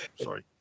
Sorry